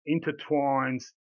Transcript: intertwines